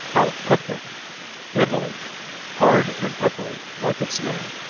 al pepe italy hard and peppery, like its name.